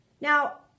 Now